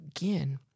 again